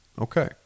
Okay